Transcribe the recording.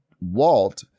Walt